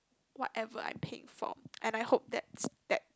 whatever I'm paying for and I hope that's that